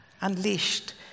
unleashed